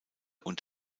und